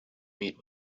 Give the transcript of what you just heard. meet